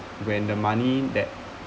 when the money that